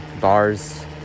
bars